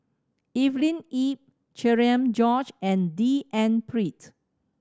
Evelyn Lip Cherian George and D N Pritt